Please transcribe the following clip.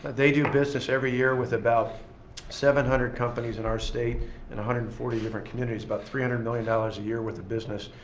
they do business every year with about seven hundred companies in our state in one hundred and forty different communities. about three hundred million dollars a year with the business.